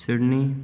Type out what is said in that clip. Sydney